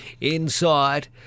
inside